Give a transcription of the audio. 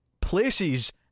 places